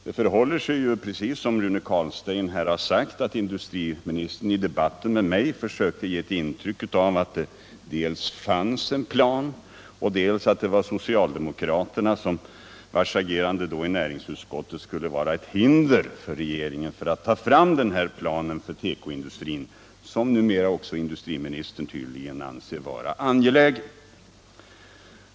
Det förhåller sig precis som Rune Carlstein här har sagt, att industriministern i debatten med mig nyligen försökte ge ett intryck av att det fanns en plan och att socialdemokraternas agerande i näringsutskottet skulle vara ett hinder för regeringen alt ta fram den här planen för tekoindustrin som numera också industriministern tydligen anser vara angelägen.